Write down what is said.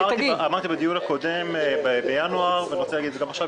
אמרתי בדיון הקודם בינואר ואני רוצה להגיד גם עכשיו,